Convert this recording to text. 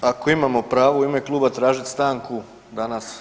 Ako imamo pravo u ime kluba tražit stanku danas.